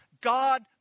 God